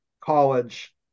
college